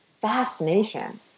fascination